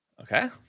Okay